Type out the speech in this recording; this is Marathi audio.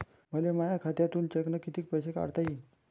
मले माया खात्यातून चेकनं कितीक पैसे काढता येईन?